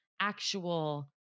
actual